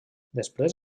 després